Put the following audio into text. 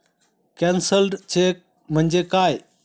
Cancelled cheque म्हणजे काय?